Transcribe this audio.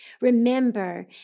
remember